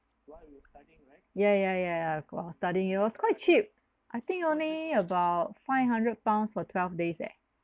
ya ya ya while studying it was quite cheap I think only about five hundred pounds for twelve days eh